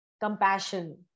compassion